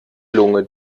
lunge